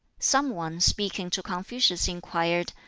some one, speaking to confucius, inquired,